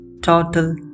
total